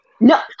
no